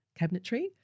cabinetry